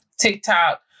TikTok